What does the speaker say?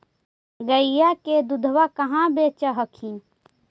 गईया के दूधबा कहा बेच हखिन?